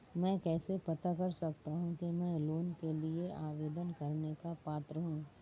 मैं कैसे पता कर सकता हूँ कि मैं लोन के लिए आवेदन करने का पात्र हूँ?